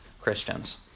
Christians